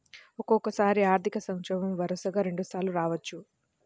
ఒక్కోసారి ఆర్థిక సంక్షోభం వరుసగా రెండుసార్లు రావచ్చు